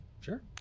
Sure